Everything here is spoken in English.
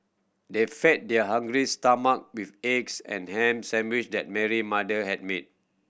they fed their hungry's stomach with eggs and ham sandwich that Mary mother had made